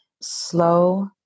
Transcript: slow